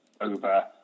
over